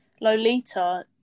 lolita